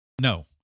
no